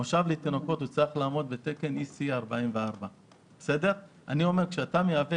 מושב לתינוקות צריך לעמוד בתקן 44EC. כשאתה מייבא